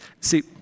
See